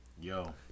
Yo